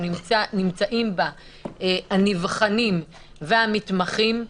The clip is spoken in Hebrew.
שנמצאים בה הנבחנים והמתמחים,